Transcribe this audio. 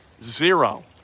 zero